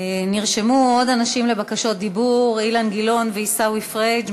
נרשמו עוד אנשים לבקשות דיבור: אילן גילאון ועיסאווי פריג'.